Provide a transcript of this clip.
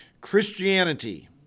Christianity